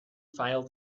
file